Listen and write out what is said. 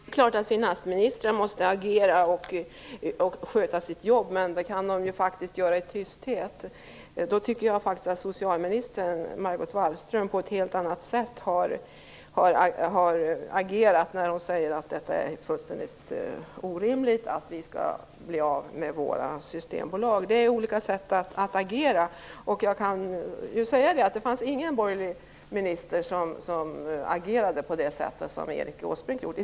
Herr talman! Det är klart att finansministrar måste agera och sköta sitt jobb, men det kan de faktiskt göra i tysthet. Då tycker jag faktiskt att socialminister Wallström har agerat på ett helt annat sätt när hon sagt att det är fullständigt orimligt att vi skall bli av med vårt systembolag. Det är olika sätt att agera. Vad jag kan säga är att det inte fanns någon borgerlig minister som agerade som Erik Åsbrink gjort.